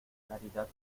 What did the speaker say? claridad